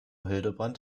hildebrand